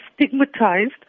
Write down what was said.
stigmatized